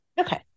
Okay